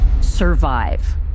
survive